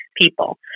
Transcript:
people